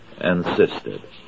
insisted